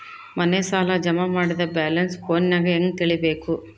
ಮನೆ ಸಾಲ ಜಮಾ ಮಾಡಿದ ಬ್ಯಾಲೆನ್ಸ್ ಫೋನಿನಾಗ ಹೆಂಗ ತಿಳೇಬೇಕು?